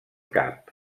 cap